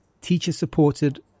teacher-supported